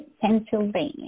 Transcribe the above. Pennsylvania